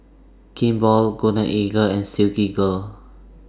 Kimball Golden Eagle and Silkygirl